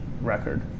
record